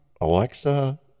Alexa